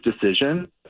decision